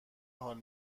حال